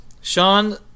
Sean